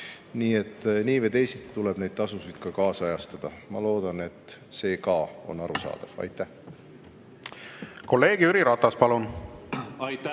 Nii et nii või teisiti tuleb neid tasusid kaasajastada. Ma loodan, et see on arusaadav. Aitäh!